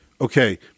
okay